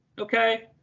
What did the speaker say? Okay